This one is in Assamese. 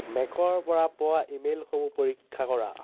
মেকৰপৰা পোৱা ই মেইলসমূহ পৰীক্ষা কৰা